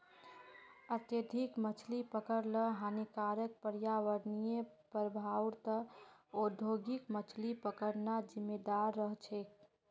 अत्यधिक मछली पकड़ ल हानिकारक पर्यावरणीय प्रभाउर त न औद्योगिक मछली पकड़ना जिम्मेदार रह छेक